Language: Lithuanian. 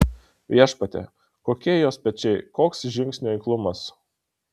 viešpatie kokie jos pečiai koks žingsnių eiklumas